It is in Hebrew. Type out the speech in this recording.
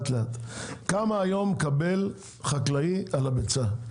--- כמה היום מקבל חקלאי על הביצה?